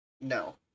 No